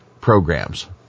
programs